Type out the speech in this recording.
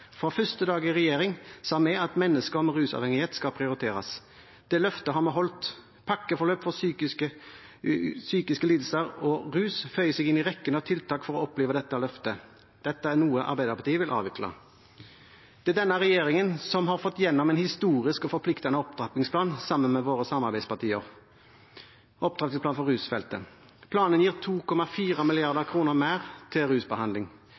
Fra første dag i regjering sa vi at mennesker med rusavhengighet skal prioriteres. Det løftet har vi holdt. Pakkeforløp for psykiske lidelser og rus føyer seg inn i rekken av tiltak for å oppfylle dette løftet. Dette er noe Arbeiderpartiet vil avvikle. Det er denne regjeringen som sammen med våre samarbeidspartier har fått gjennom en historisk og forpliktende opptrappingsplan, opptrappingsplanen for rusfeltet. Planen gir 2,4 mrd. kr mer til rusbehandling.